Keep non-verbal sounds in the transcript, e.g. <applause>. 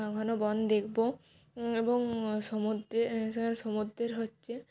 ঘন বন দেখব এবং সমুদ্রে <unintelligible> সমুদ্রের হচ্ছে